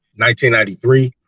1993